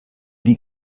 wie